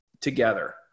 together